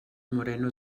moreno